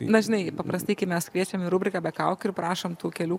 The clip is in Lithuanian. na žinai paprastai kai mes kviečiam į rubriką be kaukių ir prašom tų kelių